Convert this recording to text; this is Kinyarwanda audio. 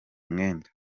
mwenda